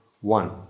one